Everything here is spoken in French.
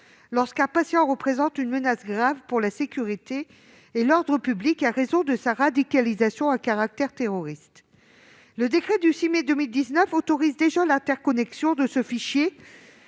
lorsqu'un patient représente une menace grave pour la sécurité et l'ordre publics en raison de « sa radicalisation à caractère terroriste ». Le décret du 6 mai 2019 autorise déjà l'interconnexion de ce fichier